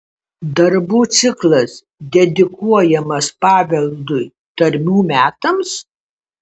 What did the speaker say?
darbų ciklas dedikuojamas paveldui tarmių metams